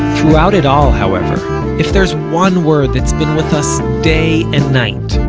throughout it all, however, if there's one word that's been with us, day and night,